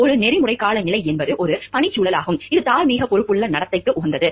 ஒரு நெறிமுறை காலநிலை என்பது ஒரு பணிச்சூழலாகும் இது தார்மீக பொறுப்புள்ள நடத்தைக்கு உகந்தது